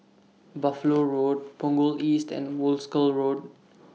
Buffalo Road Punggol East and Wolskel Road